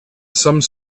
some